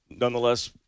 nonetheless